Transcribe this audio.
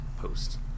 post